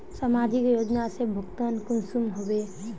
समाजिक योजना से भुगतान कुंसम होबे?